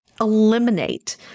eliminate